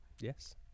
Yes